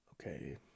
okay